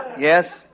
Yes